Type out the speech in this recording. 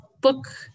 Book